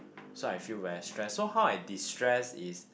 so I feel very stressed so how I destress is